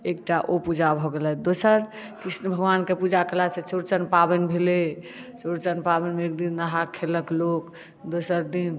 एकटा ओ पूजा भऽ गेलै दोसर कृष्ण भगवान के पूजा केला सँ चौड़चन पाबनि भेलै चौड़चन पाबनि मे एकदिन नहाए खेलक लोग दोसर दिन